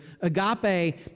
Agape